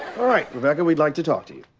alright, rebecca, we'd like to talk to you.